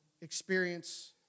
experience